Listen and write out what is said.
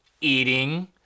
eating